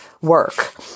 work